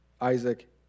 Isaac